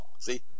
See